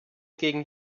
gegen